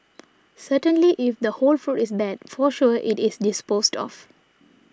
certainly if the whole fruit is bad for sure it is disposed of